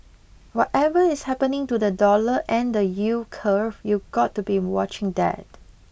whatever is happening to the dollar and the yield curve you've got to be watching that